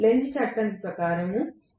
Lenz చట్టం ఉపయోగపడుతుంది